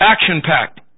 action-packed